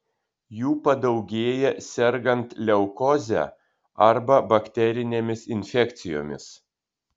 jų padaugėja sergant leukoze arba bakterinėmis infekcijomis